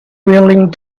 willing